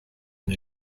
and